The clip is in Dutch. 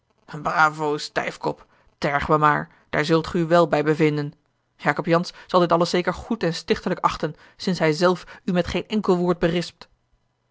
bravo stijfkop terg mij maar daar zult gij u wel bij bevinden jacob jansz zal dit alles zeker goed en stichtelijk achten sinds hij zelf u met geen enkel woord berispt